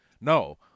No